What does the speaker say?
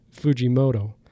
fujimoto